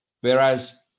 Whereas